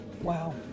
Wow